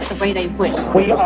ah way they wish we